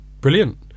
Brilliant